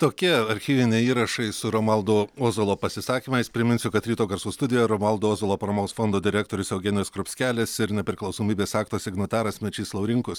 tokie archyviniai įrašai su romualdo ozolo pasisakymais priminsiu kad ryto garsų studijoj romualdo ozolo paramos fondo direktorius eugenijus skrupskelis ir nepriklausomybės akto signataras mečys laurinkus